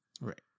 Right